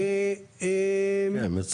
כן.